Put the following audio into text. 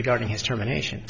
regarding his termination